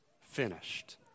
finished